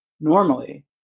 normally